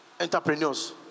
Entrepreneurs